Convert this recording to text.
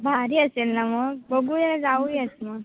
भारी असेल ना मग बघूया जाऊयात मग